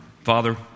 Father